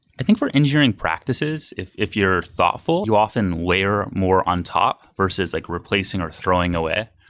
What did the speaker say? i think for engineering practices, if if you're thoughtful, you often layer more on top versus like replacing or throwing away.